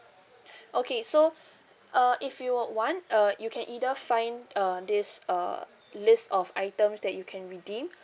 okay so uh if you would want uh you can either find uh this uh list of items that you can redeem